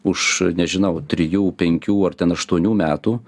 už nežinau trijų penkių ar ten aštuonių metų